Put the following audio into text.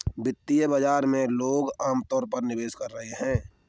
वित्तीय बाजार में लोग अमतौर पर निवेश करते हैं